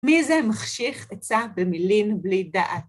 מי זה מחשיך עצה במילין בלי דעת?